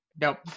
nope